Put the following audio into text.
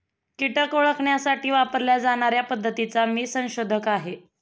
कीटक ओळखण्यासाठी वापरल्या जाणार्या पद्धतीचा मी संशोधक आहे